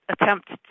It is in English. attempt